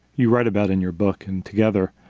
you write about in your book, in together,